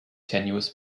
tenuous